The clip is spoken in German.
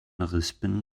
rispen